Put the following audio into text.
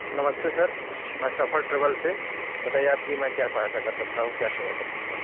नमस्ते सर मैं सफ़र ट्रैवल से बताइए आपकी मैं क्या सहायता कर सकता हूँ क्या सेवा कर सकता हूँ